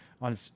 on